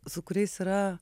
su kuriais yra